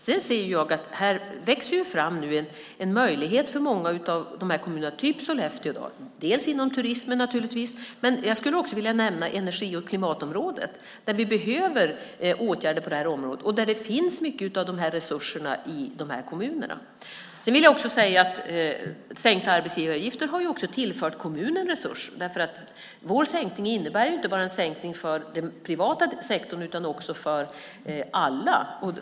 Sedan ser jag att det nu växer fram en möjlighet för många kommuner som Sollefteå att verka dels inom turismen naturligtvis, dels, vilket jag också vill nämna, inom energi och klimatområdet. Vi behöver åtgärder på detta område, och det finns mycket av de här resurserna i kommunerna. Sedan vill jag också säga att sänkta arbetsgivaravgifter har tillfört kommunen resurser därför att vår sänkning inte bara innebär en sänkning för den privata sektorn utan för alla.